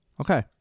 Okay